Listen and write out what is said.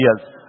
else